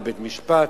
בבית-משפט?